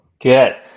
Good